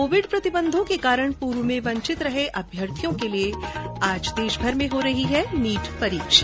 Covid प्रतिबंधों के कारण पूर्व में वंचित रहे अभ्यर्थियों के लिए आज देशभर में हो रही है नीट परीक्षा